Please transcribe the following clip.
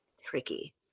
tricky